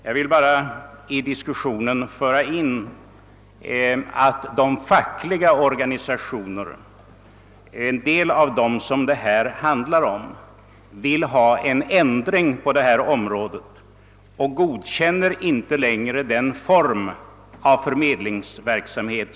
Jag vill endast påpeka att en del av de fackliga organisationer som denna sak berör vill ha till stånd en ändring på detta område och inte längre godkänner den nuvarande formen av förmedlingsverksamhet.